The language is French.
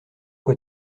quoi